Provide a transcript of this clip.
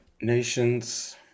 nations